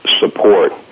Support